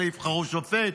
אלה יבחרו שופט,